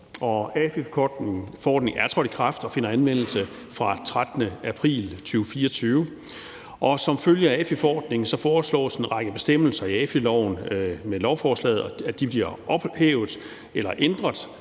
AFI-forordningen er trådt i kraft og finder anvendelse fra den 13. april 2024, og som følge af AFI-forordningen foreslås det, at en række bestemmelser i AFI-loven bliver ophævet eller ændret,